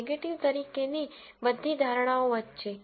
negative તરીકેની બધી ધારણાઓ વચ્ચે